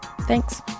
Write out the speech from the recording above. Thanks